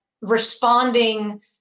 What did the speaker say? responding